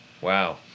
wow